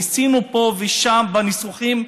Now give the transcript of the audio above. ניסינו פה ושם בניסוחים,